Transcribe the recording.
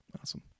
Awesome